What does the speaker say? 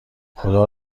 خدا